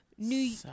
New